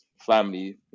family